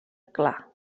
clar